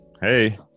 hey